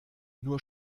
nur